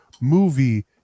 movie